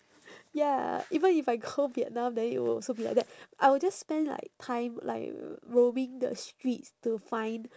ya even if I go vietnam then it will also be like that I will just spend like time like roaming the streets to find